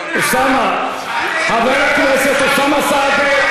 אוסאמה סעדי,